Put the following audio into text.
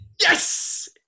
Yes